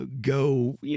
Go